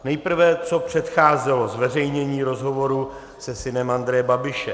Nejprve co předcházelo zveřejnění rozhovoru se synem Andreje Babiše.